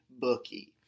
bookie